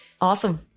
awesome